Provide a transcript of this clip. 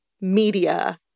media